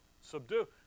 subdue